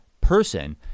person